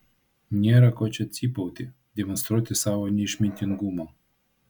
nėra ko čia cypauti demonstruoti savo neišmintingumą